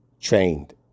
Trained